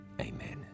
amen